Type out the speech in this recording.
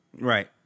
Right